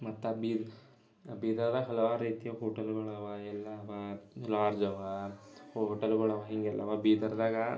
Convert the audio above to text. ಮತ್ತೆ ಬೀದ್ ಬೀದರ್ದಾಗೆ ಹಲವಾರು ರೀತಿಯ ಹೋಟಲ್ಗಳವ ಎಲ್ಲ ಅವ ಲಾಡ್ಜ್ ಅವ ಹೋಟಲ್ಗಳವ ಹೀಗೆ ಎಲ್ಲವ ಬೀದರ್ದಾಗೆ